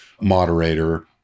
moderator